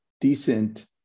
decent